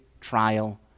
trial